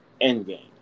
Endgame